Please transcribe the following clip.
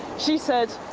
she said,